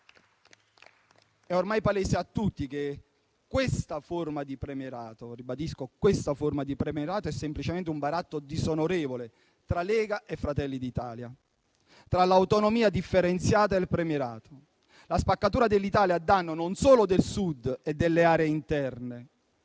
È ormai palese a tutti che questa forma di premierato è semplicemente un baratto disonorevole tra Lega e Fratelli d'Italia, tra l'autonomia differenziata e il premierato. La spaccatura dell'Italia a danno non solo del Sud e delle aree interne,